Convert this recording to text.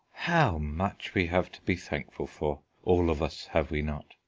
how much we have to be thankful for, all of us, have we not?